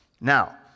Now